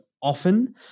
often